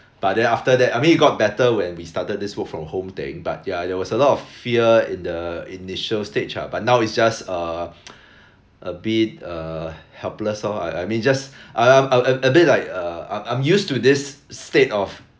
but then after that I mean it got better when we started this work from home thing but ya there was a lot of fear in the initial stage lah but now it just err a bit err helpless lor I I mean just I'm I'm I'm I'm a bit like uh I'm I'm used to this state of